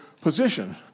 position